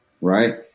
Right